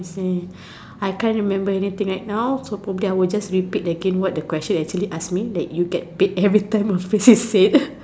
say I can't remember anything right now so probably I will just repeat again what the question actually ask me let you get paid everytime a phrase is said